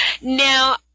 Now